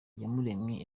iyamuremye